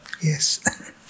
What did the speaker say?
Yes